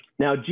Now